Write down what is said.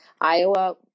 Iowa